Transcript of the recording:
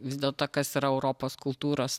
vis dėlto kas yra europos kultūros